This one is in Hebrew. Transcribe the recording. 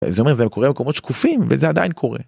זה אומר זה קורה במקומות שקופים וזה עדיין קורה.